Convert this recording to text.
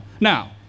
Now